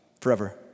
forever